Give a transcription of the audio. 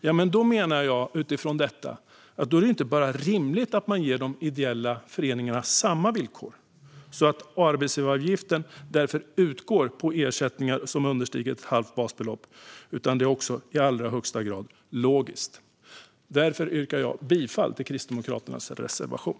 Utifrån detta menar jag att det inte bara är rimligt att man ger de ideella föreningarna samma villkor och att arbetsgivaravgift inte betalas på ersättningar som understiger ett halvt prisbasbelopp. Det är också i allra högsta grad logiskt. Därför yrkar jag bifall till Kristdemokraternas reservation.